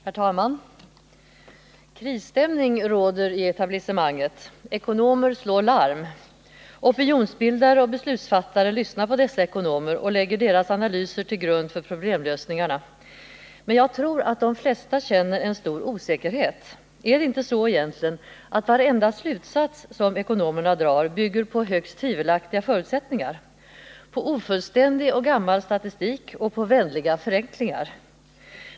Herr talman! Krisstämning råder inom etablissemanget. Ekonomer slår larm. Opinionsbildare och beslutsfattare lyssnar på dessa ekonomer och lägger deras analyser till grund för sitt arbete med problemlösningarna. Jag tror emellertid att de flesta känner en stor osäkerhet. Är det inte så att egentligen varenda slutsats som ekonomerna drar bygger på högst tvivelaktiga förutsättningar, på ofullständig och gammal statistik och på väldiga förenklingar?